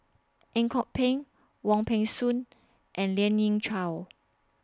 Ang Kok Peng Wong Peng Soon and Lien Ying Chow